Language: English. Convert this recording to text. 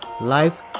Life